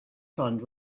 fund